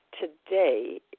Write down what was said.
today